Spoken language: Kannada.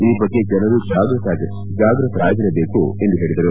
ಈ ಬಗ್ಗೆ ಜನರು ಜಾಗೃತರಾಗಿಬೇಕು ಎಂದು ಹೇಳದರು